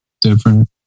different